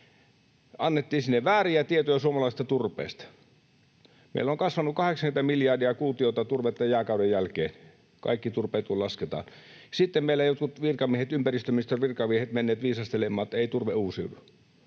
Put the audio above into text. maailmalla — vääriä tietoja suomalaisesta turpeesta. Meillä on kasvanut 80 miljardia kuutiota turvetta jääkauden jälkeen, kun kaikki turpeet lasketaan. Sitten meillä jotkut virkamiehet, ympäristöministeriön virkamiehet, ovat menneet viisastelemaan, että ei turve uusiudu.